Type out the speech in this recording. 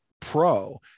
Pro